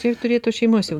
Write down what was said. čia jau turėtų šeimos jau